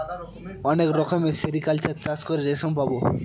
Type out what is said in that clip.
অনেক রকমের সেরিকালচার চাষ করে রেশম পাবো